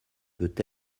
peut